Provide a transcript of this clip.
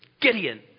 Gideon